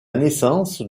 naissance